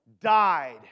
died